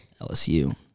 LSU